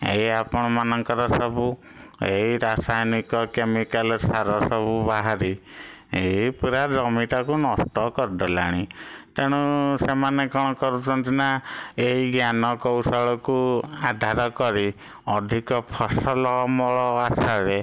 ଏଇ ଆପଣ ମାନଙ୍କର ସବୁ ଏଇ ରାସାୟନିକ କେମିକାଲ ସାର ସବୁ ବାହାରି ଏଇ ପୁରା ଜମିଟାକୁ ନଷ୍ଟ କରିଦେଲାଣି ତେଣୁ ସେମାନେ କ'ଣ କରୁଛନ୍ତି ନା ଏହି ଜ୍ଞାନ କୌଶଳକୁ ଆଧାର କରି ଅଧିକ ଫସଲ ଅମଳ ଆଶାରେ